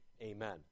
Amen